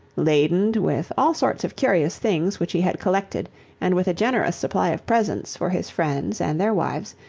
ladened with all sorts of curious things which he had collected and with a generous supply of presents for his friends and their wives,